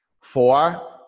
Four